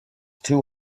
two